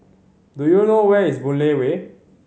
do you know where is Boon Lay Way